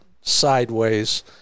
sideways